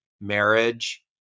marriage